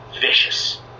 vicious